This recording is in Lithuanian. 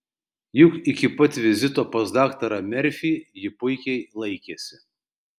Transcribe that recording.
juk iki pat vizito pas daktarą merfį ji puikiai laikėsi